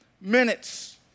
minutes